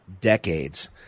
decades